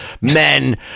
men